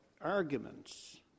arguments